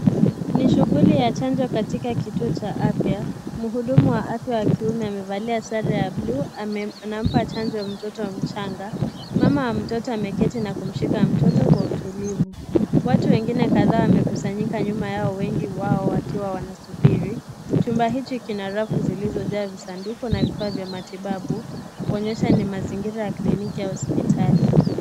Ni shughuli ya chanjo katika kituo cha afya, mhudumu wa afya wa kiume amevalia sare ya bluu anampa chanjo mtoto mchanga mama wa mtoto ameketi na kumshika mtoto kwa utulivu. Watu wengi kadhaa wamekusanyika nyuma yao wengi wao wakiwa wanasubiri. Chumba hiki kina rafu zilizojaa visanduku na vifaa vya matibabu kuonyesha ni mazingira ya kliniki au hospitali.